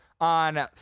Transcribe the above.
on